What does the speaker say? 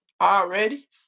already